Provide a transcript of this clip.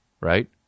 right